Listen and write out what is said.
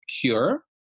cure